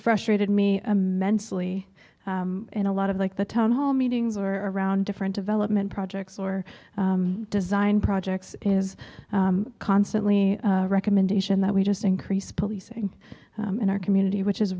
frustrated me immensely in a lot of like the town hall meetings or around different development projects or design projects is constantly recommendation that we just increase policing in our community which is